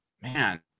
man